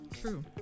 True